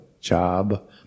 job